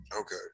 Okay